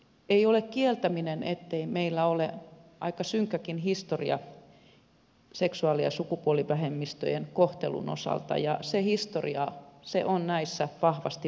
ei ole kieltäminen ettei meillä ole aika synkkäkin historia seksuaali ja sukupuolivähemmistöjen kohtelun osalta ja se historia on näissä vahvasti mukana